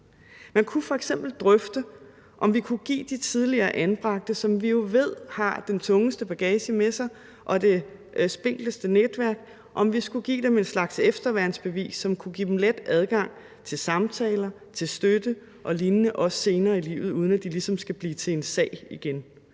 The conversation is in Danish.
Man kunne f.eks. drøfte, om vi kunne give de tidligere anbragte, som vi jo ved har den tungeste bagage med sig og det spinkleste netværk, en slags efterværnsbevis, som kunne give dem en let adgang til samtaler, til støtte og lignende, også senere i livet, uden at de ligesom skal blive til en sag igen.